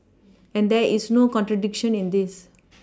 and there is no contradiction in this